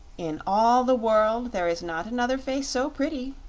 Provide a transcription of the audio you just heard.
in all the world there is not another face so pretty,